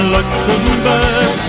Luxembourg